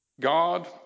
God